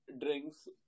drinks